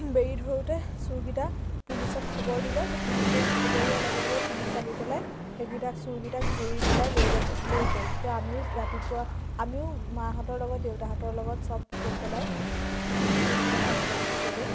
বেৰি ধৰোঁতে চুৰকেইটা পুলিচক খবৰ দিলে তো পুলিচত খবৰ দিয়াৰ লগে লগে পুলিচ আহি পেলাই সেইকেইটাক চুৰকেইটাক ধৰি পেলাই লৈ যাব লৈ গ'ল তো আমিও ৰাতিপুৱা আমিও মাহঁতৰ লগত দেউতাহঁতৰ লগত সব গৈ পেলাই চুৰকেইটা চাবলৈ বুলি গ'লোঁ